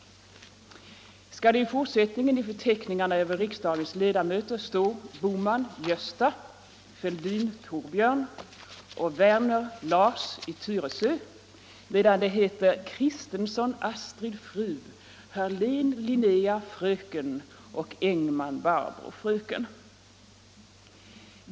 Skall det i fortsättningen i förteckningarna över riksdagens ledamöter stå Bohman, Gösta, Fälldin, Thorbjörn, och Werner, Lars, i Tyresö, medan det heter Kristensson, Astrid, fru, Hörlén, Linnea, fröken och Engman, Barbro, fröken?